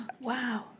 Wow